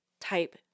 type